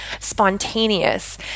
spontaneous